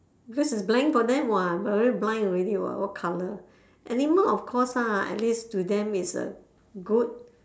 just a blank for them [what] but very blind already [what] what colour animal of course ah at least to them is a good